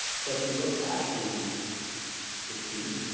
so if you look at the the teeth